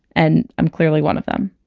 and i'm clearly one of them